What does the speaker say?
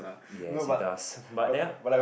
yes it does but then